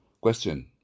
Question